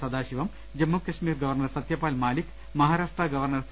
സദാ ശിവം Jammu Kashmir governor Satyapal Malik Maharashtra governor C